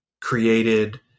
created